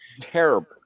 terrible